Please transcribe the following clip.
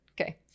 Okay